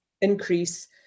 increase